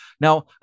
Now